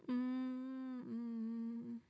um um